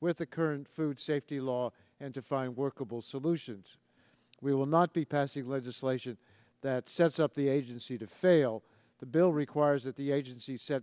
with the current food safety law and to find workable solutions we will not be passing legislation that sets up the agency to fail the bill requires that the agency set